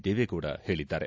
ದೇವೇಗೌಡ ಹೇಳಿದ್ದಾರೆ